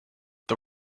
the